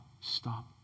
stop